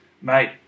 mate